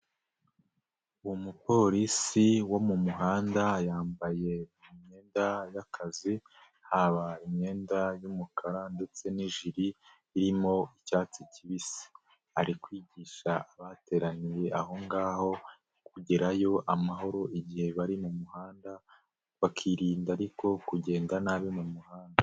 Umupolisi wo mu muhanda yambaye imyenda y'akazi haba imyenda y'umukara ndetse n'ijiri irimo icyatsi kibisi, ari kwigisha abateraniye aho ngaho kugerayo amahoro igihe bari mu muhanda bakirinda ariko kugenda nabi mu muhanda.